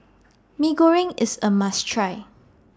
Mee Goreng IS A must Try